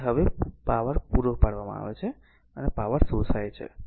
તેથી હવે પાવર પૂરો પાડવામાં આવે છે અને પાવર શોષાય છે